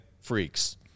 freaks